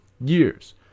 years